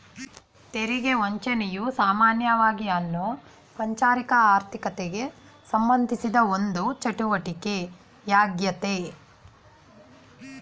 ತೆರಿಗೆ ವಂಚನೆಯು ಸಾಮಾನ್ಯವಾಗಿಅನೌಪಚಾರಿಕ ಆರ್ಥಿಕತೆಗೆಸಂಬಂಧಿಸಿದ ಒಂದು ಚಟುವಟಿಕೆ ಯಾಗ್ಯತೆ